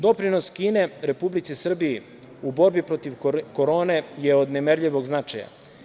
Doprinos Kine Republici Srbiji u borbi protiv korone je od nemerljivog značaja.